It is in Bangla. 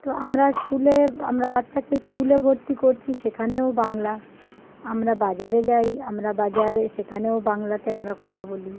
তো আমরা স্কুলে আমরা বাচ্চাকে স্কুলে ভর্তি করছি সেখানেও বাংলা আমরা বাজারে যাই আমরা বাজারে সেখানেও বাংলাতে আমরা কথা বলি